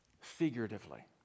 figuratively